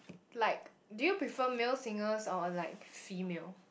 like do you prefer male singers or like female